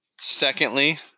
Secondly